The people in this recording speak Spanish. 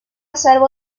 salvo